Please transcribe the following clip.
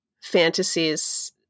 fantasies